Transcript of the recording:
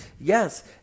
Yes